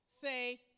say